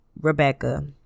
Rebecca